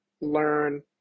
learn